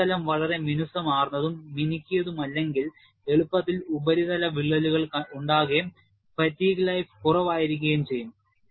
ഉപരിതലം വളരെ മിനുസമാർന്നതും മിനുക്കിയതുമല്ലെങ്കിൽ എളുപ്പത്തിൽ ഉപരിതല വിള്ളലുകൾ ഉണ്ടാകുകയും ഫാറ്റീഗ് ലൈഫ് കുറവായിരിക്കുകയും ചെയ്യും